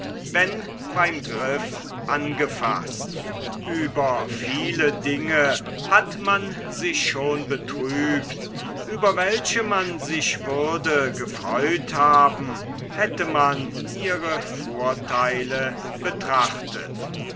wenn beim griff angefaßt ueber viele dinge hat man sich schon betrübt über welche man sich würde gefreut haben hätte man ihre vortheile betrachtet